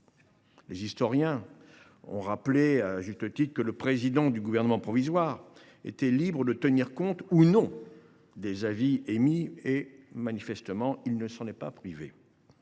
les historiens ont rappelé que le président du gouvernement provisoire était libre de tenir compte ou non des avis émis ; manifestement, il ne s’en est pas privé.